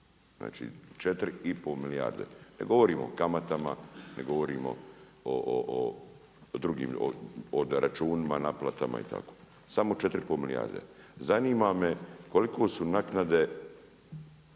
Znači 4,5 milijarde. Ne govorimo o kamatama, ne govorimo o drugim, ovdje računima, naplatama i tako. Samo 4,5 milijarde. Zanima me koliko su naknade